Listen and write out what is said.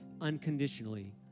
unconditionally